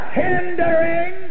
hindering